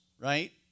right